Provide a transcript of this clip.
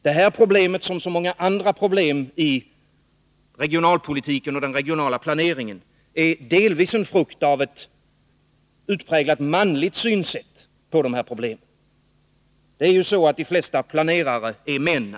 Det här problemet, som så många andra problem i regionalpolitiken och den regionala planeringen, är delvis en frukt av ett utpräglat manligt synsätt. De flesta planerare är män.